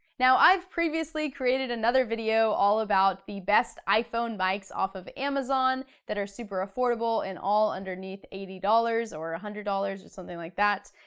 now i've previously created another video all about the best iphone mics off of amazon that are super affordable, and all underneath eighty dollars, or one ah hundred dollars or something like that.